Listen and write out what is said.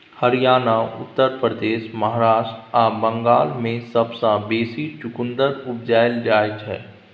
हरियाणा, उत्तर प्रदेश, महाराष्ट्र आ बंगाल मे सबसँ बेसी चुकंदर उपजाएल जाइ छै